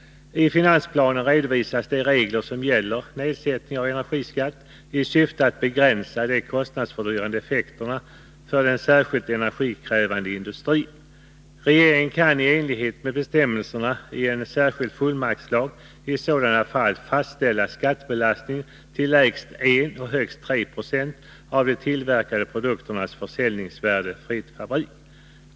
I finansplanen redovisas de regler som gäller nedsättning av energiskatt i syfte att begränsa de kostnadsfördyrande effekterna för den särskilt energikrävande industrin. Regeringen kan i enlighet med bestämmelserna i en särskild fullmaktslag i sådana fall fastställa skattebelastningen till lägst 1 90 och högst 3 26 av de tillverkade produkternas försäljningsvärde fritt fabrik.